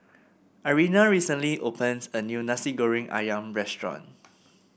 Irena recently opens a new Nasi Goreng ayam restaurant